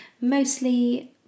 Mostly